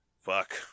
fuck